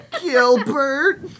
Gilbert